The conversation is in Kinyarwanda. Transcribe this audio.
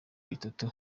bitatu